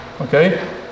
Okay